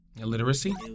Illiteracy